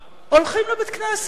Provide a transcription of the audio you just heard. הולכים לבית-כנסת בחגים,